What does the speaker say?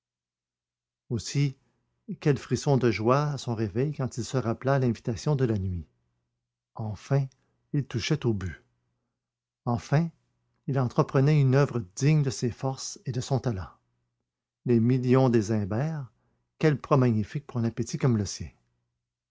aussi quel frisson de joie à son réveil quand il se rappela l'invitation de la nuit enfin il touchait au but enfin il entreprenait une oeuvre digne de ses forces et de son talent les millions des imbert quelle proie magnifique pour un appétit comme le sien